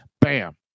Bam